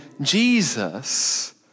Jesus